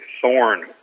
thorn